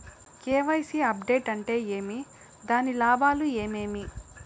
KYC update అంటే ఏమి? దాని లాభాలు ఏమేమి?